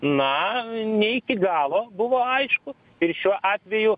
na ne iki galo buvo aišku ir šiuo atveju